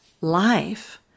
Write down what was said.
life